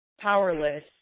powerless